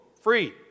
free